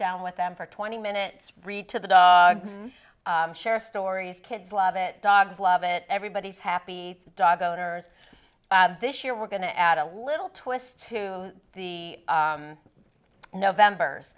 down with them for twenty minutes read to the dogs share stories kids love it dogs love it everybody's happy dog owners this year we're going to add a little twist to the november's